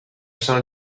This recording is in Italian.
sono